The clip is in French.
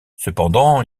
cependant